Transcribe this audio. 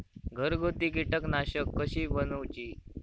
घरगुती कीटकनाशका कशी बनवूची?